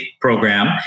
program